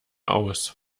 aus